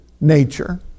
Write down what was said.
nature